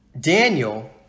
Daniel